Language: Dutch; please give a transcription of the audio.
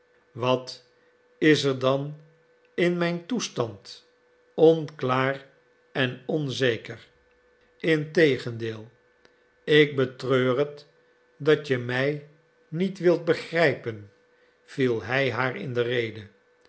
wat is er dan in mijn toestand onklaar en onzeker integendeel ik betreur het dat je mij niet wilt begrijpen viel hij haar in de rede